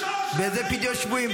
וזה פדיון שבויים,